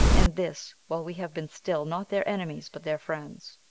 and this while we have been still not their enemies, but their friends.